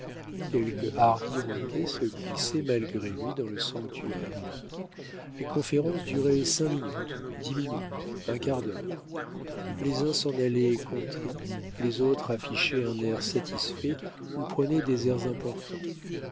quelques hardis roquets se glissaient malgré lui dans le sanctuaire les conférences duraient cinq minutes dix minutes un quart d'heure les uns s'en allaient contrits les autres affichaient un air satisfait ou prenaient des airs importants